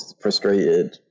frustrated